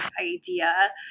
idea